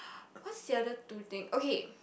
what is the other two thing okay